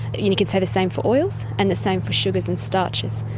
you could say the same for oils and the same for sugars and starches.